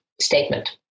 statement